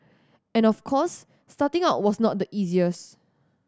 and of course starting out was not the easiest